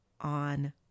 on